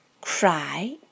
Cry